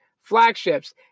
flagships